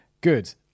Good